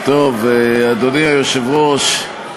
אולי נצביע איזה שר ידבר?